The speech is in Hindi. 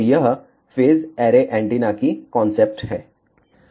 तो यह फेज ऐरे एंटीना की कॉन्सेप्ट है